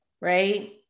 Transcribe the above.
right